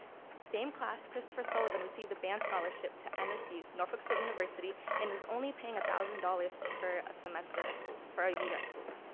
same class, christopher sullivan received a band scholarship to nsu, norfolk state university, and is only paying one thousand dollars per a semester at school, for a year at school.